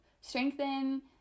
strengthen